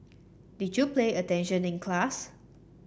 did you play attention in class